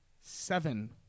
Seven